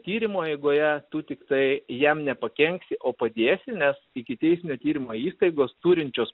tyrimo eigoje tu tiktai jam nepakenksi o padėsi nes ikiteisminio tyrimo įstaigos turinčios